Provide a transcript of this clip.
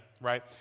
right